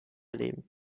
leben